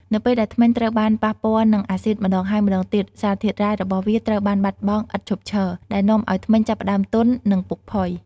នៅពេលដែលធ្មេញត្រូវបានប៉ះពាល់នឹងអាស៊ីតម្តងហើយម្តងទៀត សារធាតុរ៉ែរបស់វាត្រូវបានបាត់បង់ឥតឈប់ឈរ ដែលនាំឱ្យធ្មេញចាប់ផ្តើមទន់ និងពុកផុយ។